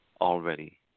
already